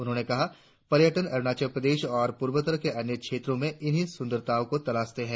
उन्होंने कहा पर्यटक अरुणाचल प्रदेश और प्र्वोत्तर के अन्य क्षेत्रों में उन्हीं सुंदरताओं को तलाशते है